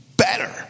Better